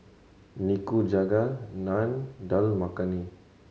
Nikujaga Naan Dal Makhani